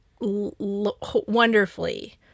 wonderfully